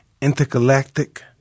intergalactic